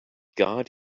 god